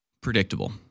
predictable